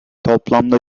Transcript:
toplamda